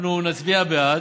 אנחנו נצביע בעד,